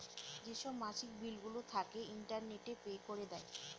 যেসব মাসিক বিলগুলো থাকে, ইন্টারনেটে পে করে দেয়